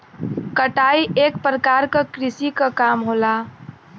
कटाई एक परकार क कृषि क काम होला